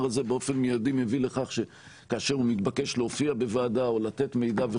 הזה מיידי מביא לכך שכאשר הוא מתבקש להופיע בוועדה או לתת מידע,